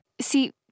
See